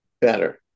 better